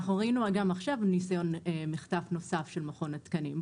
אנחנו ראינו גם עכשיו ניסיון מחטף נוסף של מכון התקנים.